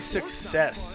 Success